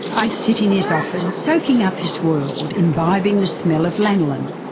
i'd sit in his office soaking up his world, imbibing the smell of lanolin.